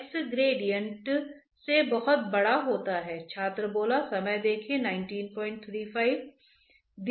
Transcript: pressure gradient क्योंकि यह मजबूर प्रणाली है आप तरल पदार्थ पंप कर रहे हैं